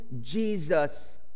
Jesus